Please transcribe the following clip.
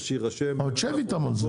שיירשם- -- שב איתם על זה.